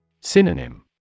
Synonym